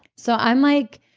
so i'm like,